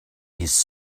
his